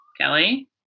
Kelly